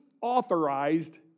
authorized